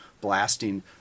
blasting